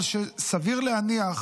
אבל סביר להניח